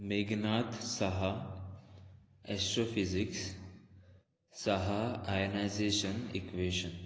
Meghnath Saha astrophysics Saha ionisation equation